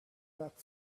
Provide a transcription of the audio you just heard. that